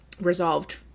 resolved